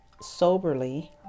soberly